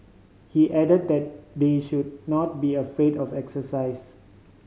he added that they should not be afraid of exercise